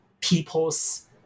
people's